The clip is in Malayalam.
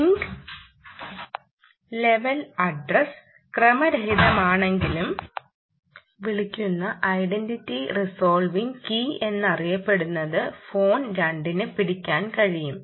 ലിങ്ക് ലെയർ അഡ്രസ് ക്രമരഹിതമാണെങ്കിലും IDK എന്നും വിളിക്കുന്ന ഐഡന്റിറ്റി റിസോൾവിംഗ് കീ എന്നറിയപ്പെടുന്നത് ഫോൺ രണ്ടിന് പിടിക്കാൻ കഴിയും